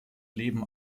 leben